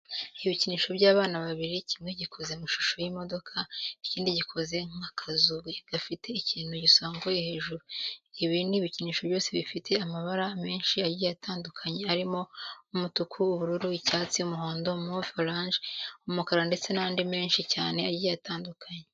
Ibikinisho by'abana bibiri, kimwe gikoze mu ishusho y'imodoka, ikindi gikoze nk'akazu gafite ikintu gisongoye hejuru. Ibi bikinisho byose bifite amabara menshi agiye atandukanye arimo umutuku, ubururu, icyatsi, umuhondo, move, oranje, umukara ndetse n'andi menshi cyane agiye atandukanye.